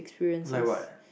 like what